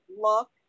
look